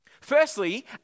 Firstly